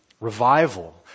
Revival